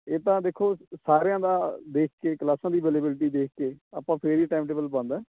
ਇਹ ਤਾਂ ਦੇਖੋ ਸਾਰਿਆਂ ਦਾ ਦੇਖ ਕੇ ਕਲਾਸਾਂ ਦੀ ਅਵੇਬਿਲਟੀ ਦੇਖ ਕੇ ਆਪਾਂ ਫਿਰ ਹੀ ਟਾਈਮ ਟੇਬਲ ਬਣਦਾ